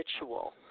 ritual